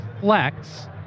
flex